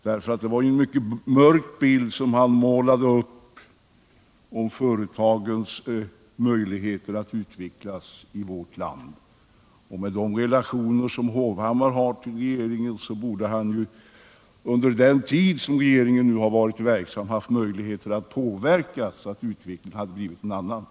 Det var ju en mycket mörk bild som han målade upp om företagens möjligheter att utvecklas i vårt land. Med de relationer som Erik Hovhammar har till regeringen borde han under den tid som regeringen varit verksam haft möjlighet att påverka, så att utvecklingen hade blivit en annan.